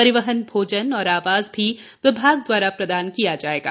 परिवहन भोजन और आवास भी विभाग द्वारा प्रदान किया जाएगा